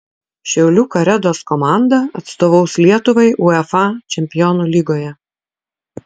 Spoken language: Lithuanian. šiaulių karedos komanda atstovaus lietuvai uefa čempionų lygoje